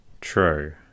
true